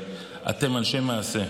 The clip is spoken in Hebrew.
אתם אנשי מעשה,